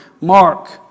mark